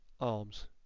arms